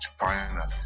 China